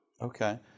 Okay